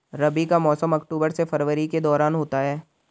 रबी का मौसम अक्टूबर से फरवरी के दौरान होता है